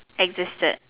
existed